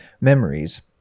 memories